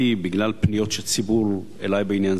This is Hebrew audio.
בגלל פניות של ציבור אלי בעניין זה,